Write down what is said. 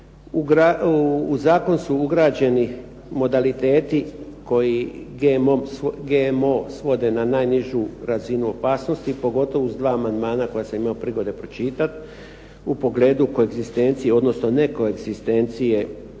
U zakon su ugrađeni modaliteti koji GMO svoje na najnižu razinu opasnosti, pogotovo uz dva amandmana koje sam imao prigode pročitati, u pogledu koegzistencije, odnosno nekoegzistencije